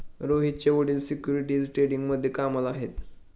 रोहितचे वडील सिक्युरिटीज ट्रेडिंगमध्ये कामाला आहेत